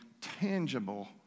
tangible